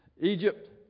Egypt